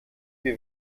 wie